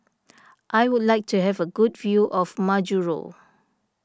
I would like to have a good view of Majuro